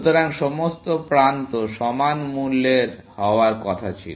সুতরাং সমস্ত প্রান্ত সমান মূল্যের হওয়ার কথা ছিল